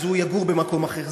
אז הוא יגור במקום אחר.